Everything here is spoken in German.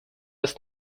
ist